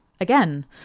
again